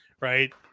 Right